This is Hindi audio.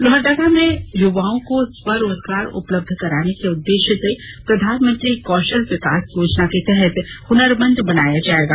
लोहरदगा मे युवाओं को स्वरोजगार उपलब्ध कराने के उद्देश्य से प्रधानमंत्री कौशल विकास योजना के तहत हुनरमंद बनाया जाएगा